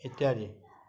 ইত্যাদি